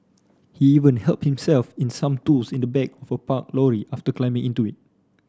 he even helped himself in some tools in the back for parked lorry after climbing into it